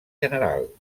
general